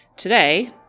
Today